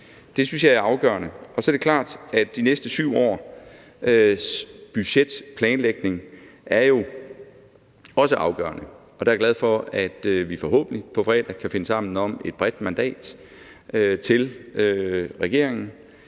Det synes jeg er afgørende. Og så er det klart, at de næste 7 års budgetplanlægning jo også er afgørende. Der er jeg glad for, at vi forhåbentlig på fredag kan finde sammen om et bredt mandat til regeringen.